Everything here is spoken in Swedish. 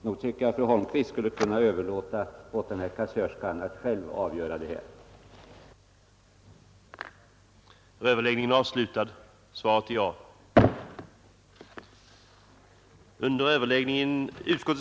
Nog tycker jag att fru Holmqvist skulle kunna överlåta åt den här kassörskan att själv avgöra hur hon vill ha det.